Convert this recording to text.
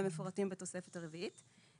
והם מפורטים בתוספת הרביעית.